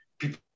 people